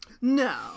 No